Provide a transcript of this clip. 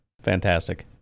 fantastic